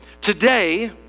today